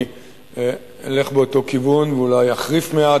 אני אלך באותו כיוון, ואולי אחריף מעט.